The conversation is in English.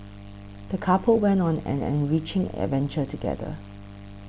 the couple went on an enriching adventure together